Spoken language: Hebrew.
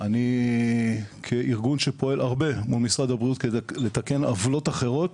אני כארגון שפועל הרבה מול משרד הבריאות כדי לתקן עוולות אחרות,